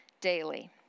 daily